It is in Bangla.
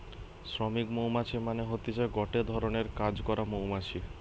শ্রমিক মৌমাছি মানে হতিছে গটে ধরণের কাজ করা মৌমাছি